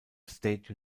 state